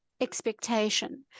expectation